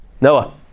Noah